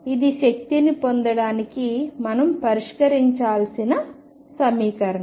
ఇది శక్తిని పొందడానికి మనం పరిష్కరించాల్సిన సమీకరణం